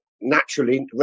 naturally